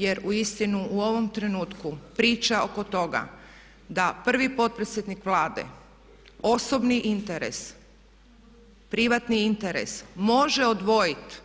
Jer uistinu u ovom trenutku priča oko toga da prvi potpredsjednik Vlade osobni interes, privatni interes može odvojiti